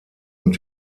und